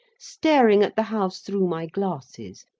staring at the house through my glasses,